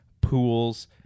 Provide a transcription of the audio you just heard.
pools